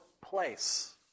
place